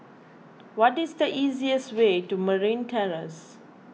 what is the easiest way to Marine Terrace